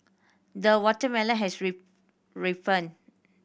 the watermelon has rip